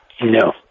No